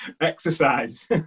exercise